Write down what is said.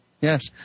Yes